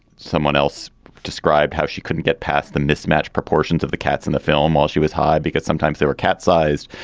someone else described how she couldn't get past the mismatched proportions of the cats in the film while she was high, because sometimes there were cat sized.